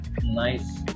Nice